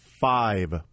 five